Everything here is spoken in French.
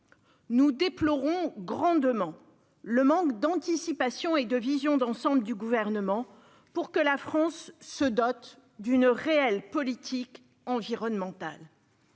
Nous déplorons grandement le manque d'anticipation et de vision d'ensemble du Gouvernement pour que la France se dote d'une réelle politique environnementale.